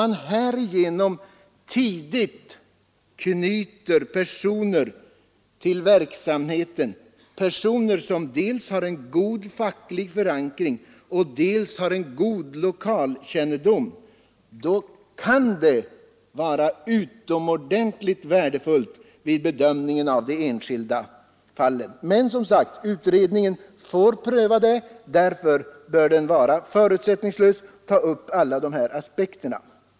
Men om man tidigt knyter personer till verksamheten vilka dels har en god facklig förankring, dels har en god lokalkännedom, kan det vara utomordentligt värdefullt vid bedömningen av de enskilda fallen. Som sagt får utredningen pröva detta, och därför bör den vara förutsättningslös så att den kan ta upp alla de här aspekterna.